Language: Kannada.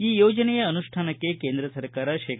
ಈ ಯೋಜನೆಯ ಅನುಷ್ಯಾನಕ್ಕೆ ಕೇಂದ್ರ ಸರ್ಕಾರವು ಶೇ